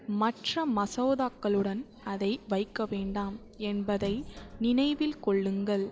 மற்ற மசோதாக்களுடன் அதை வைக்க வேண்டாம் என்பதை நினைவில் கொள்ளுங்கள்